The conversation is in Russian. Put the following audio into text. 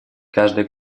каждая